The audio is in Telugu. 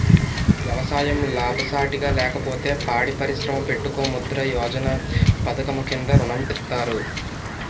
ఎవసాయం లాభసాటిగా లేకపోతే పాడి పరిశ్రమ పెట్టుకో ముద్రా యోజన పధకము కింద ఋణం ఇత్తారు